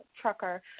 trucker